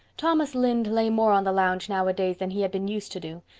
thomas lynde lay more on the lounge nowadays than he had been used to do,